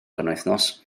penwythnos